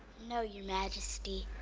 no, your majesty.